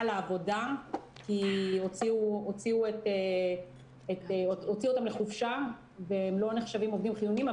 לעבודה כי הוציאו אותם לחופשה והם לא נחשבים לעובדים חיוניים.